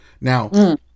Now